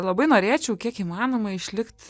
labai norėčiau kiek įmanoma išlikt